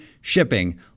shipping